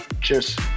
Cheers